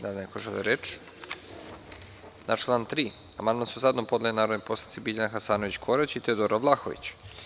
Da li neko želi reč? (Ne) Na član 3. amandman su zajedno podneli narodni poslanici Biljana Hasanović Korać i Teodora Vlahović.